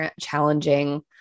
challenging